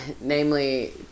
Namely